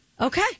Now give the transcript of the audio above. okay